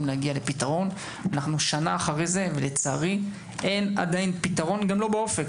להגיע לפתרון ושנה אחרי זה לצערי אין פתרון גם לא באופק.